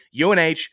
UNH